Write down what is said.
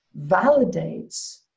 validates